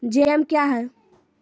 Jam क्या हैं?